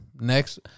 Next